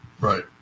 Right